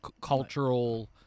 cultural